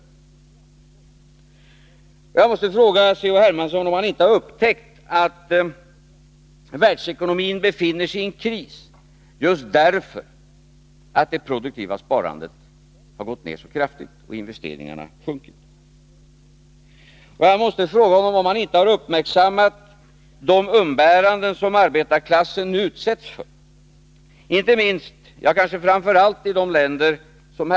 Jag måste fråga C.-H. Hermansson om han inte har upptäckt att världsekonomin befinner sig i en kris just därför att det produktiva sparandet har gått ned så kraftigt och investeringarna sjunkit. Jag måste fråga honom om han inte har uppmärksammat de umbäranden som arbetarklassen utsätts för, kanske framför allt i de länder som C.-H.